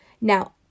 Now